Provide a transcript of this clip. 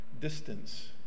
distance